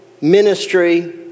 ministry